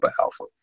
Alpha